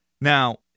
Now